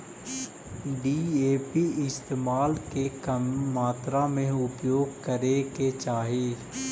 DAP इत्यादि के कमे मात्रा में ही उपयोग करे के चाहि